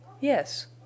Yes